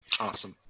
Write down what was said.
awesome